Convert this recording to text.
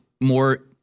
more